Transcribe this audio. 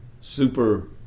super